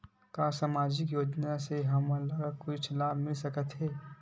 का सामाजिक योजना से हमन ला कुछु लाभ मिल सकत हे?